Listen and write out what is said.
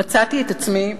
מצאתי את עצמי,